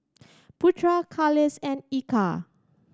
Putra Khalish and Eka